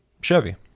chevy